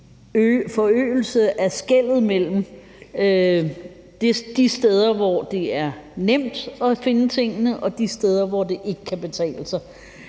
forøgelse af skellet mellem de steder, hvor det er nemt at finde tingene, og de steder, hvor det ikke kan betale sig,